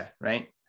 right